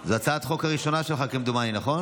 כמדומני, זו הצעת החוק הראשונה שלך, נכון?